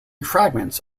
fragments